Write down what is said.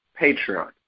Patreon